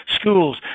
schools